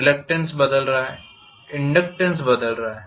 reluctance बदल रहा है इनडक्टेन्स बदल रहा है